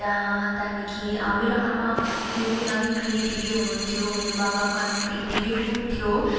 त्यहाँ त्यहाँदेखि मेरो आमाले पनि अलिक क्रिएटिभै हुनुहुन्थ्यो मेरो बाबा पनि अलिक क्रिएटिभै हुनुहुन्थ्यो